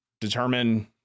determine